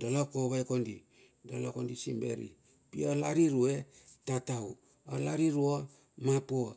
dala kovai kondi? Dala kondi simberi? Pi alar irue? Tatau. Alar irua? Mapua. Pi alaria ka? Bik tambar.